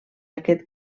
aquest